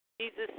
Jesus